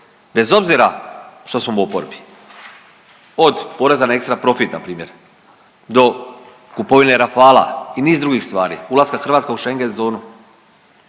bez obzira što smo u oporbi od poreza na ekstra profit na primjer do kupovine Rafala i niz drugih stvari. Ulaska Hrvatske u Schengen zonu.